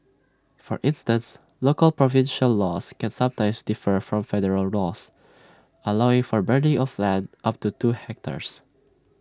for instance local provincial laws can sometimes differ from federal laws allowing for burning of land up to two hectares